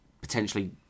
potentially